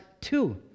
two